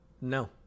No